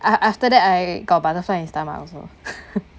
a~ after that I got butterfly in stomach also